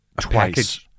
twice